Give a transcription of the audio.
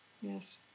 yes